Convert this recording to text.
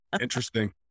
Interesting